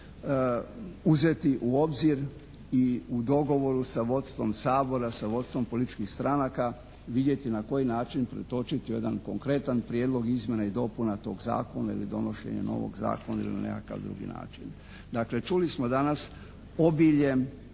uzeti u obzir i u dogovoru sa vodstvom Sabora, sa vodstvom političkih stranaka vidjeti na koji način pretočiti u jedan konkretan prijedlog izmjena i dopuna tog zakona ili donošenje novog zakona ili na neki drugi način. Dakle, čuli smo danas obilje